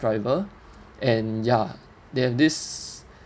driver and ya they have this